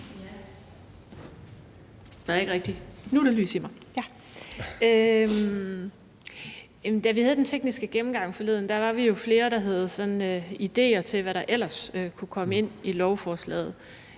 Da vi havde den tekniske gennemgang forleden, var vi jo flere, der havde idéer til, hvad der ellers kunne komme ind i lovforslaget.